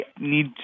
need